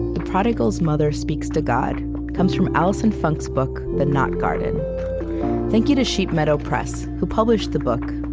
the prodigal's mother speaks to god comes from alison funk's book the knot garden thank you to sheep meadow press, who published the book,